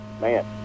man